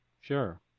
sure